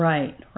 Right